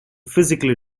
physically